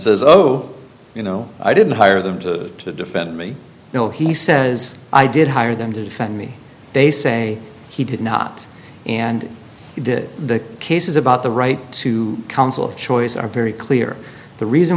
says oh you know i didn't hire them to defend me you know he says i did hire them to defend me they say he did not and did the cases about the right to counsel of choice are very clear the reason